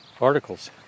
articles